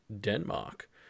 Denmark